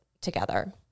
together